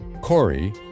Corey